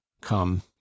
Come